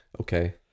Okay